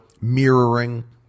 mirroring